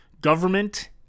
government